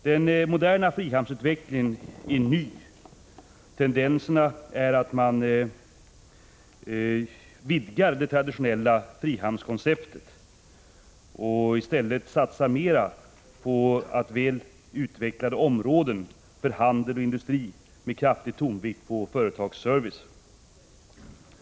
Den moderna frihamnsutvecklingen är ny. Tendensen är att man vidgar det traditionella frihamnskonceptet och satsar mera på väl utvecklade områden för handel och industri med kraftig tyngdpunkt på företagsservice.